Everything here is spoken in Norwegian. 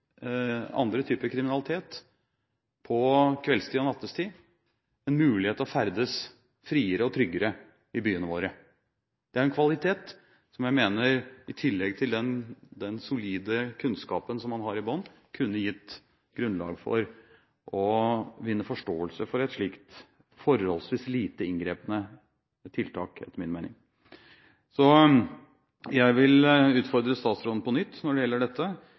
andre typer kriminalitet på kveldstid og nattetid, med mulighet til å ferdes friere og tryggere i byene våre. Det er en kvalitet som jeg mener – i tillegg til den solide kunnskapen som man har i bunnen – kunne gitt grunnlag for å vinne forståelse for et slikt – etter min mening – forholdsvis lite inngripende tiltak. Jeg vil utfordre statsråden på nytt når det gjelder dette,